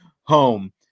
home